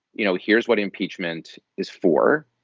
you know, here's what impeachment is for.